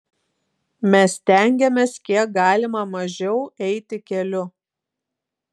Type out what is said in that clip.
mes stengiamės kiek galima mažiau eiti keliu